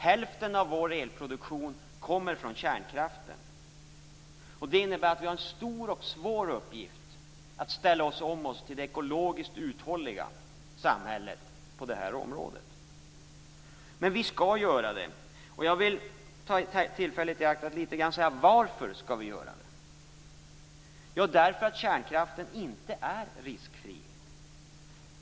Hälften av vår elproduktion kommer från kärnkraften. Det innebär att vi har en stor och svår uppgift i att ställa om oss till det ekologiskt uthålliga samhället på detta område. Men vi skall göra det. Jag vill ta tillfället i akt att tala litet grand om varför vi skall göra det. Vi skall för det första göra det därför att kärnkraften inte är riskfri.